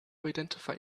identify